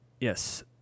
Yes